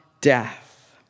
death